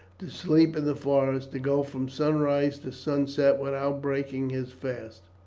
to sleep in the forest, to go from sunrise to sunset without breaking his fast.